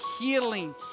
healing